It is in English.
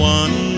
one